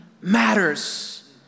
matters